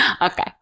Okay